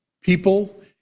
people